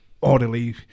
orderly